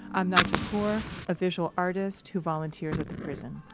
i'm nigel poor, a visual artist who volunteers at the prison.